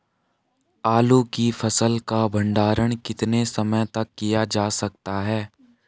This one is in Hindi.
आलू की फसल का भंडारण कितने समय तक किया जा सकता है?